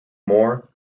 more